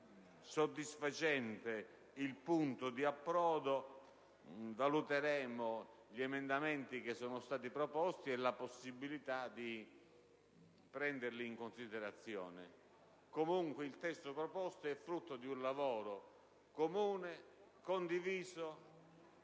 soddisfacente il punto di approdo. Valuteremo gli emendamenti proposti e la possibilità di prenderli in considerazione. Comunque il testo proposto è frutto di un lavoro comune, condiviso,